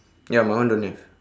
ya my one don't have